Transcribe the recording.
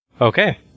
Okay